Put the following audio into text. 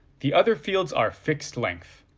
the other fields are fixed-length.